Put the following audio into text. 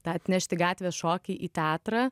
tą atnešti gatvės šokį į teatrą